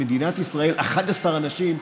במדינת ישראל 11 אנשים,